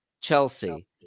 Chelsea